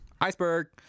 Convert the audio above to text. Iceberg